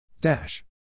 Dash